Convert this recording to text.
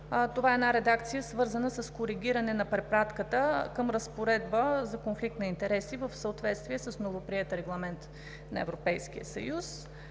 Това е една редакция, свързана с коригиране на препратката към разпоредба за конфликт на интереси, в съответствие с новоприет Регламент на Европейския съюз.